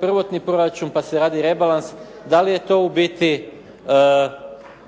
prvotni proračun pa se radi rebalans, da li je to u biti